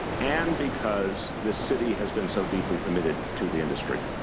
and because this city has been so deeply committed to the industry.